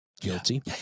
guilty